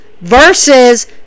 versus